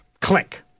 Click